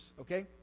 okay